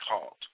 called